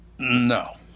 No